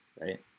right